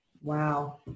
Wow